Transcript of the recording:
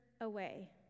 away